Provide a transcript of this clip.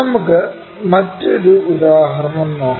നമുക്ക് മറ്റൊരു ഉദാഹരണം നോക്കാം